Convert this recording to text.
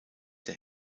der